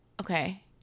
okay